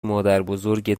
مادربزرگت